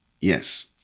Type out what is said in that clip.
Yes